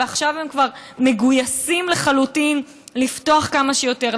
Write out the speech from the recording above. ועכשיו הם כבר מגויסים לחלוטין לפתוח כמה שיותר,